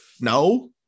No